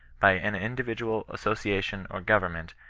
by an individual, association, or government,